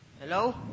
Hello